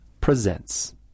presents